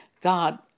God